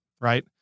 Right